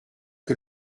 que